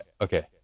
Okay